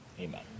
Amen